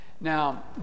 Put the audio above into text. Now